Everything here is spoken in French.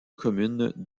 communes